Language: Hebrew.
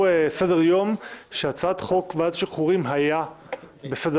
סדר-יום שהצעת חוק ועדת השחרורים היה בסדר-היום.